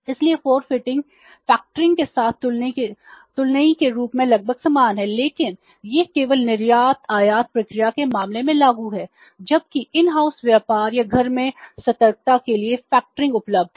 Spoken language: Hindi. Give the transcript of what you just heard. इसलिए forfaiting फैक्टरिंग उपलब्ध है